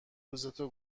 روزتو